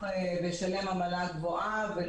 וישלם עמלה גבוהה במקום להשתמש בכרטיס.